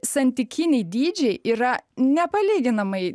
santykiniai dydžiai yra nepalyginamai